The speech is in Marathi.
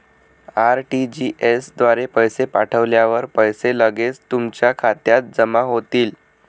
आर.टी.जी.एस द्वारे पैसे पाठवल्यावर पैसे लगेच तुमच्या खात्यात जमा होतील